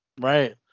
Right